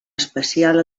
especial